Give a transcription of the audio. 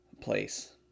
place